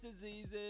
diseases